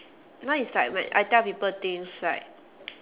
now is like my I tell people things right